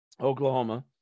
Oklahoma